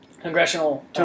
Congressional